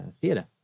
theatre